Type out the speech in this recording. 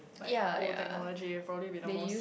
like oh technology probably be the most